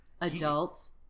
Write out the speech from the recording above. Adults